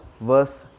verse